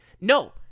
No